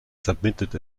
submitted